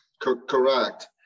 Correct